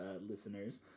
listeners